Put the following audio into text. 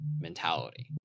mentality